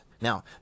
now